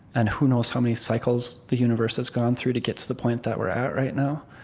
and who knows how many cycles the universe has gone through to get to the point that we're at right now.